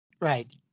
right